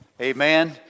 Amen